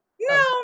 no